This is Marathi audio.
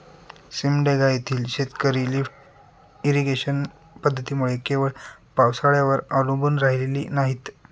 सिमडेगा येथील शेतकरी लिफ्ट इरिगेशन पद्धतीमुळे केवळ पावसाळ्यावर अवलंबून राहिलेली नाहीत